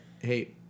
Hey